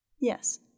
Yes